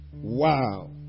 wow